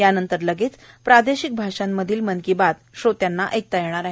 यानंतर लगेच प्रादेशिक भाषांमधील मन की बात श्रोत्यांना ऐकता येईल